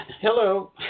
Hello